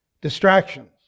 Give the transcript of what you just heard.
Distractions